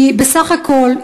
כי בסך הכול,